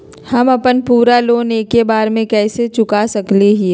हम अपन पूरा लोन एके बार में कैसे चुका सकई हियई?